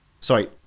Sorry